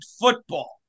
football